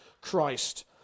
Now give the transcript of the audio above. Christ